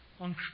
on